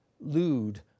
lewd